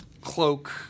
cloak